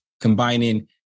combining